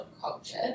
culture